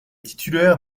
titulaire